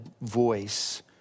voice